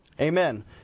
Amen